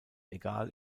egal